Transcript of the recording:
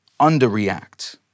underreact